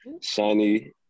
shiny